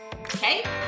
Okay